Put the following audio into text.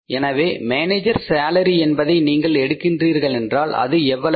எனவே manager salary என்பதை நீங்கள் எடுக்கிறீர்கள் என்றால் அது எவ்வளவு